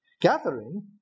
Gathering